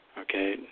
okay